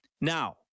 now